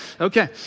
Okay